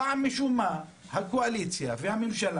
הפעם, משום מה, הקואליציה והממשלה